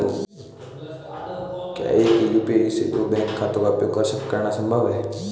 क्या एक ही यू.पी.आई से दो बैंक खातों का उपयोग करना संभव है?